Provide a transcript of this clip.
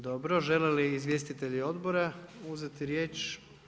Dobro, žele li izvjestitelji odbora uzeti riječ?